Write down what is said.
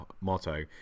motto